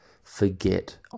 forget